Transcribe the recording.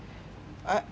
I